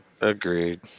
agreed